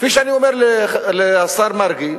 כפי שאני אומר לשר מרגי: